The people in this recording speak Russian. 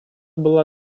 была